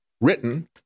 written